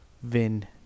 vin